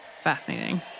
fascinating